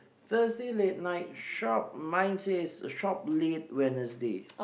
firstly late night shop mine says shop late Wednesday